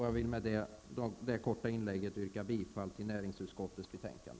Jag vill med detta korta inlägg yrka bifall till utskottets hemställan i näringsutskottets betänkande.